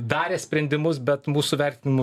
darė sprendimus bet mūsų vertinimu